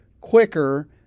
quicker